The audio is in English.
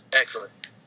Excellent